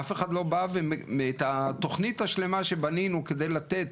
אף אחד לא בא ואת התוכנית השלמה שבנינו כדי לתת,